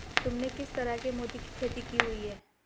तुमने किस तरह के मोती की खेती की हुई है?